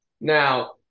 now